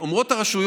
היום אומרות הרשויות,